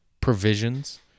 provisions